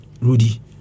Rudy